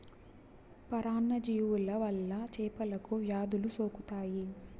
పరాన్న జీవుల వల్ల చేపలకు వ్యాధులు సోకుతాయి